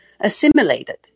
assimilated